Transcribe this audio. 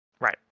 Right